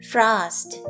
Frost